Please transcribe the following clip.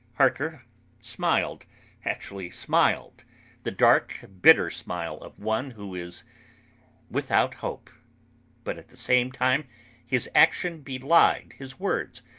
harker smiled actually smiled the dark, bitter smile of one who is without hope but at the same time his action belied his words,